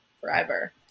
forever